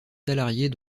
salariés